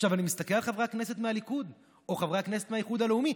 אני מסתכל על חברי הכנסת מהליכוד או חברי כנסת מהאיחוד הלאומי,